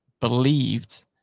believed